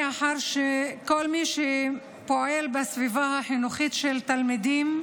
מאחר שכל מי שפועל בסביבה החינוכית של תלמידים,